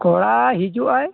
ᱠᱚᱲᱟ ᱦᱤᱡᱩᱜᱼᱟᱭ